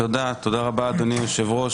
תודה רבה, אדוני היושב-ראש.